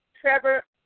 Trevor